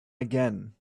again